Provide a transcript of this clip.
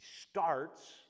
starts